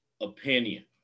opinion